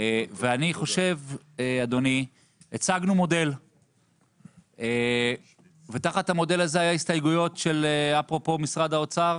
אנחנו הצגנו מודל ותחת המודל הזה היו הסתייגויות של אפרופו משרד האוצר,